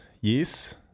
yes